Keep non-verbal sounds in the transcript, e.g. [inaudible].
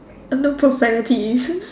uh no profanities [laughs]